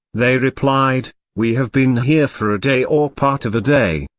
they replied, we have been here for a day or part of a day.